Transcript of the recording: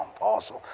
Awesome